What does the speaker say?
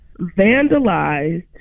vandalized